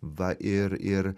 va ir ir